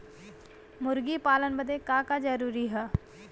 मुर्गी पालन बदे का का जरूरी ह?